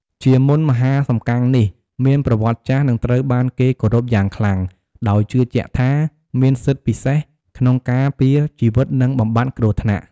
ជាមន្តមហាសំកាំងនេះមានប្រវត្តិចាស់ និងត្រូវបានគេគោរពយ៉ាងខ្លាំង ដោយជឿជាក់ថាមានសិទ្ធិពិសេសក្នុងការពារជីវិត និងបំបាត់គ្រោះថ្នាក់។